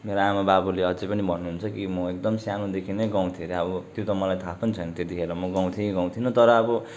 मेरा आमाबाबुले अझै पनि भन्नुहुन्छ कि म एकदम सानोदेखि नै गाउँथेँ अरे अब त्यो त मलाई थाहा पनि छैन त्यतिखेर म गाउँथेँ कि गाउँथिइनँ तर अब